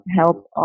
help